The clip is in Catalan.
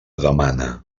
demana